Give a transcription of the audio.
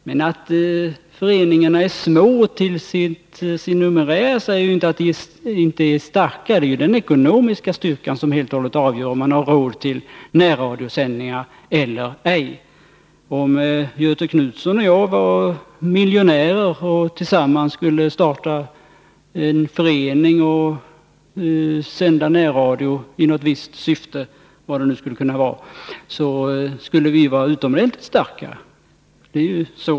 Men att föreningarna är små till sin numerär säger inte att de inte är starka. Det är helt och hållet den ekonomiska styrkan som avgör om man har råd till närradiosändningar eller ej. Om Göthe Knutson och jag var miljonärer och tillsammans skulle starta en förening i något visst syfte — vad det nu skulle kunna vara — och då ville sända närradioprogram, skulle vi vara utomordentligt starka.